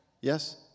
Yes